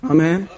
Amen